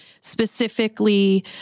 specifically